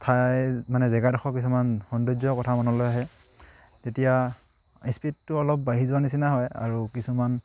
ঠাই মানে জেগাডোখৰ কিছুমান সৌন্দৰ্য কথা মনলৈ আহে তেতিয়া স্পীডটো অলপ বাঢ়ি যোৱাৰ নিচিনা হয় আৰু কিছুমান